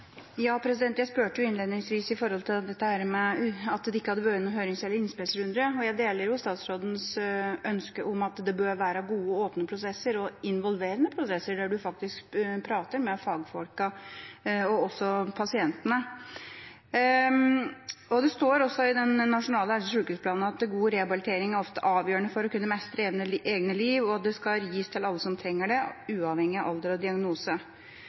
Jeg spurte innledningsvis om dette med at det ikke har vært noen hørings- eller innspillsrunde, og jeg deler statsrådens ønske om at det bør være gode og åpne prosesser, og involverende prosesser der du faktisk prater med fagfolkene og også med pasientene. Det står i Nasjonale helse- og sykehusplan at god rehabilitering ofte er avgjørende for å kunne mestre eget liv, og det skal gis til alle som trenger det, uavhengig av alder og diagnose.